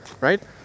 right